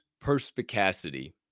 perspicacity